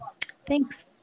thanks